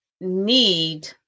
need